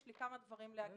יש לי כמה דברים להגיד.